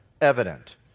evident